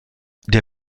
der